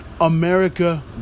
America